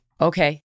Okay